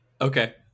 Okay